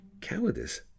cowardice